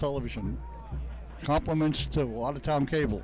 television compliments to walter tom cable